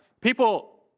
People